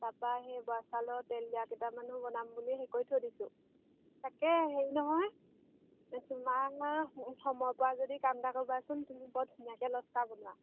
তাৰপৰা সেই বৰা চাউলৰ তেল দিয়া কেইটামানো বনাম বুলি হেৰি কৰি থৈ দিছোঁ তাকে হেৰি নহয় তোমাৰ সময় পোৱা যদি কাম এটা কৰিবাচোন তুমি বৰ ধুনীয়াকৈ লচকৰা বনোৱা